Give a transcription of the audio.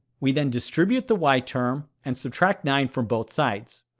we then distribute the y term and subtract nine from both sides.